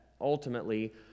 ultimately